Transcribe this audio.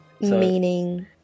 Meaning